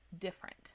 different